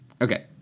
Okay